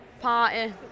party